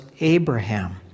Abraham